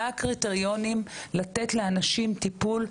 מה הקריטריונים לתת לאנשים טיפול,